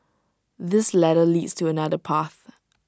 this ladder leads to another path